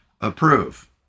approve